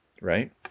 right